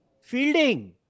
Fielding